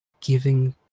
giving